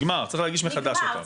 נגמר, צריך להגיש מחדש אותם.